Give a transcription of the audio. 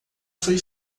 foi